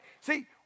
See